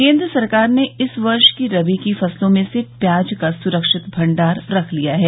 केन्द्र सरकार ने इस वर्ष की रबी फसलों में से प्याज का सुरक्षित भंडार रख लिया है